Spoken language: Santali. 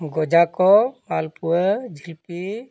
ᱜᱚᱡᱟ ᱠᱚ ᱢᱟᱞᱯᱳᱣᱟ ᱡᱷᱤᱞᱯᱤ